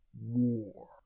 War